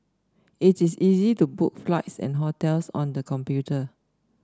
it is easy to book flights and hotels on the computer